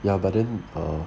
ya but then err